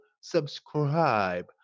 subscribe